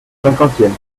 cinquantième